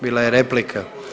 Bila je replika.